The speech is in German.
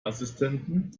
assistenten